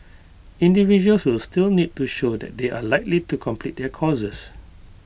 individuals will still need to show that they are likely to complete their courses